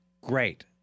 great